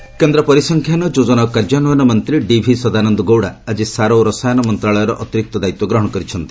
ଗୌଡା କେନ୍ଦ୍ର ପରିସଂଖ୍ୟାନ ଯୋଜନା ଓ କାର୍ଯ୍ୟାନ୍ୱୟନ ମନ୍ତ୍ରୀ ଡିଭି ସଦାନନ୍ଦ ଗୌଡା ଆଜି ସାର ଓ ରସାୟନ ମନ୍ତ୍ରଣାଳୟର ଅତିରିକ୍ତ ଦାୟିତ୍ୱ ଗ୍ରହଣ କରିଛନ୍ତି